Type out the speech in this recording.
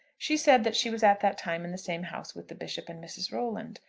she said that she was at that time in the same house with the bishop and mrs. rolland.